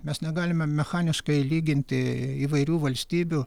mes negalime mechaniškai lyginti įvairių valstybių